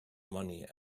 money